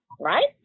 right